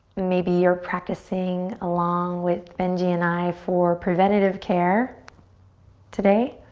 maybe you're practicing along with benji and i for preventative care today.